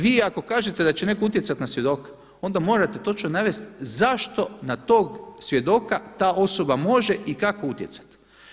Vi ako kažete da će neko utjecati na svjedoka, onda morate točno navesti zašto na tog svjedoka ta osoba može i kako utjecati.